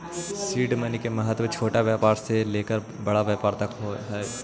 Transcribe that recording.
seed money के महत्व छोटा व्यापार से लेकर बड़ा व्यापार तक हई